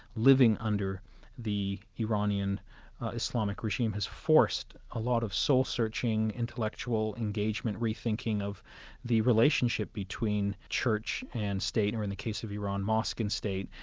living under the iranian islamic regime has forced a lot of soul-searching intellectual engagement, re-thinking of the relationship between church and state, or in the case of iran, mosque and state,